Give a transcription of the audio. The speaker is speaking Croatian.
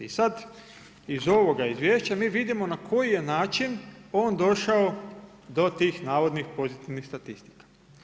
I sad iz ovog izvješća mi vidimo na koji je način on došao do tih navodnih pozitivnih statistika.